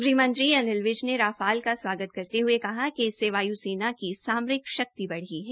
गृह मंत्री अनिल विज ने राफाल का स्वागत किया है हुये इससे वायुसेना की सामरिक शक्ति बढ़ी है